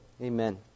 Amen